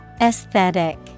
Aesthetic